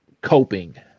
coping